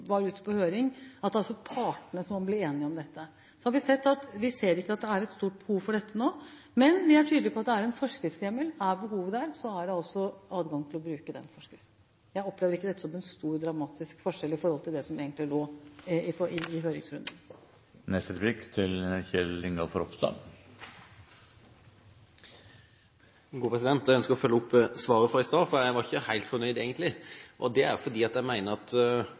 var ute på høring, at det er partene som blir enige om dette. Vi ser ikke at det er noe stort behov for dette nå, men vi er tydelige på at det er en forskriftshjemmel. Er behovet der, er det adgang til å bruke den forskriftshjemmelen. Jeg opplever ikke dette som en stor, dramatisk forskjell i forhold til det som egentlig lå i høringsrunden. Jeg ønsker å følge opp svaret fra i stad, for jeg var egentlig ikke helt fornøyd. Det er fordi jeg mener at enigheten om at det er ganske inngripende tiltak, tilsier at